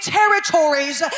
territories